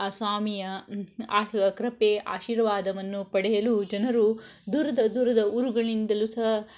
ಆ ಸ್ವಾಮಿಯ ಆಹ್ ಕೃಪೆ ಆಶೀರ್ವಾದವನ್ನು ಪಡೆಯಲು ಜನರು ದೂರದ ದೂರದ ಊರುಗಳಿಂದಲೂ ಸಹ